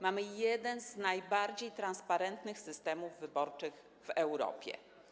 Mamy jeden z najbardziej transparentnych systemów wyborczych w Europie.